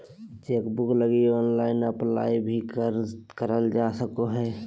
chequebook लगी online apply भी करल जा सको हइ